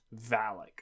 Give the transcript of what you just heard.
Valak